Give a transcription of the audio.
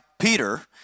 Peter